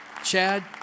Chad